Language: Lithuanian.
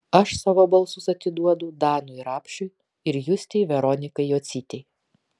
aš savo balsus atiduodu danui rapšiui ir justei veronikai jocytei